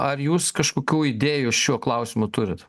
ar jūs kažkokių idėjų šiuo klausimu turit